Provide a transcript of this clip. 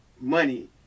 money